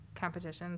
competitions